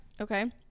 okay